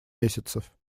месяцев